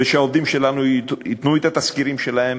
ושהעובדים שלנו ייתנו את התסקירים שלהם,